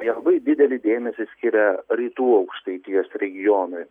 jie labai didelį dėmesį skiria rytų aukštaitijos regionui